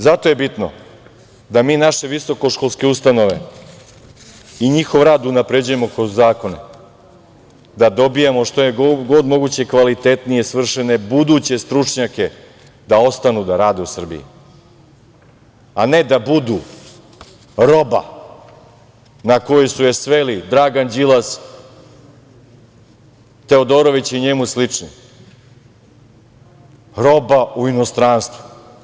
Zato je bitno da mi naše visoko-školske ustanove i njihov rad unapređujemo kroz zakone da dobijemo što je god moguće kvalitetnije svršene buduće stručnjake da ostanu da rade u Srbiji, a ne da budu roba na koju su je sveli Dragan Đilas, Teodorović i njemu slični, roba u inostranstvu.